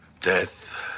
Death